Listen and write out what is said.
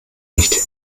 nicht